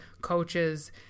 coaches